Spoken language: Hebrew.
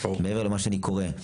מעבר למה שאני קורא,